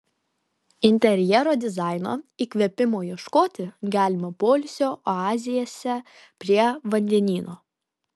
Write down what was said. interjero dizaino įkvėpimo ieškoti galima poilsio oazėse prie vandenyno